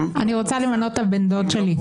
אני רוצה למנות את הבן דוד שלי.